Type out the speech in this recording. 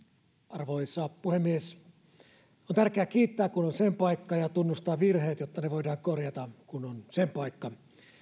arvoisa puhemies on tärkeää kiittää kun on sen paikka ja tunnustaa virheet jotta ne voidaan korjata kun on sen paikka